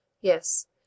Yes